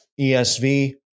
ESV